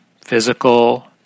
physical